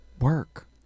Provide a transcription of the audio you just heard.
Work